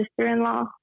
sister-in-law